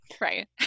right